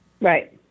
Right